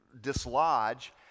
dislodge